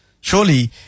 Surely